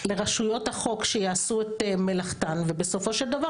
לרשויות החוק שיעשו את מלאכתן ובסופו של דבר